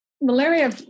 Malaria